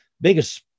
Biggest